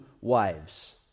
wives